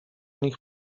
nich